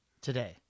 today